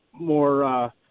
more –